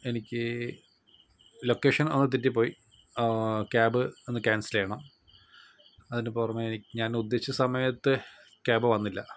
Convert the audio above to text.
എനിക്ക് ലൊക്കേഷൻ ഒന്ന് തെറ്റിപ്പോയി ക്യാബ് ഒന്ന് ക്യാൻസൽ ചെയ്യണം അതിന് പുറമെ ഞാൻ ഉദ്ദേശിച്ച സമയത്ത് ക്യാബ് വന്നില്ല